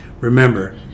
Remember